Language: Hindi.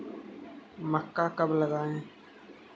मक्का कब लगाएँ?